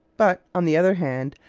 but, on the other hand,